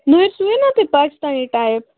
نٔرۍ سُیِو نَہ تُہۍ پاکِستانی ٹایِپ